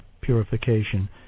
purification